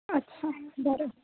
अच्छा बरं